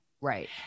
Right